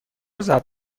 ضرب